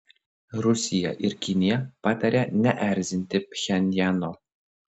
rusija ir kinija pataria neerzinti pchenjano